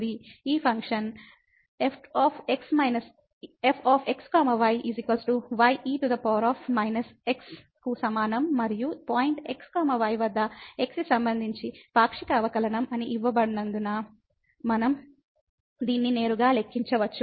ఈ function f x y ye x కు సమానం మరియు పాయింట్ x y వద్ద x కి సంబంధించి పాక్షిక అవకలనంఅని ఇవ్వబడినందున మనం దీన్ని నేరుగా లెక్కించవచ్చు